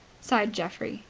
sighed geoffrey.